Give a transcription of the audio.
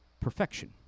perfection